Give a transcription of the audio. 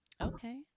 Okay